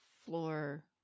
floor